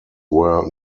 were